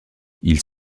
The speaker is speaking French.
ils